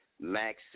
Max